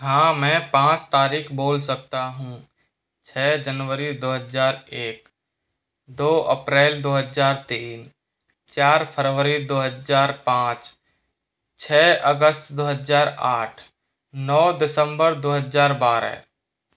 हाँ मैं पाँच तारीख़ बोल सकता हूँ छः जनवरी दो हज़ार एक दो अप्रैल दो हज़ार तीन चार फरवरी दो हज़ार पाँच छः अगस्त दो हज़ार आठ नौ दिसम्बर दो हज़ार बारह